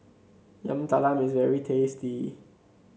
Yam Talam is very tasty